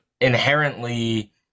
inherently